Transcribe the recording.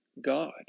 God